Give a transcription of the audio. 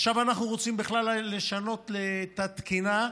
עכשיו אנחנו רוצים בכלל לשנות את התקינה,